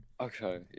Okay